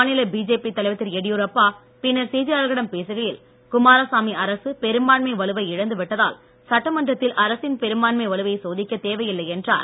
மாநில பிஜேபி தலைவர் திரு எடியூரப்பா பின்னர் செய்தியாளர்களிடம் பேசுகையில் குமாரசாமி அரசு பெரும்பான்மை வலுவை இழந்து விட்டதால் சட்டமன்றத்தில் அரசின் பெரும்பான்மை வலுவை சோதிக்க தேவையில்லை என்றார்